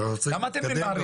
כי אני רוצה להתקדם,